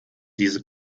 diese